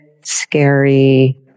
scary